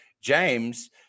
James